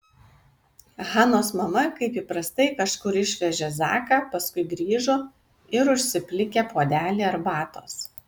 hanos mama kaip įprastai kažkur išvežė zaką paskui grįžo ir užsiplikė puodelį arbatos